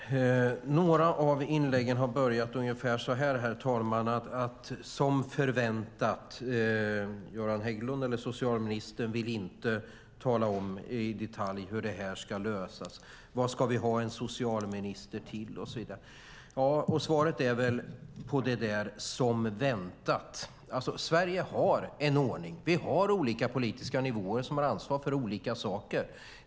Herr talman! Några av inläggen har börjat ungefär så här: Som förväntat vill Göran Hägglund inte tala om i detalj hur det här ska lösas. Vad ska vi ha en socialminister till? Svaret är som väntat: Sverige har en ordning där vi har olika politiska nivåer som har ansvar för olika saker.